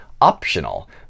optional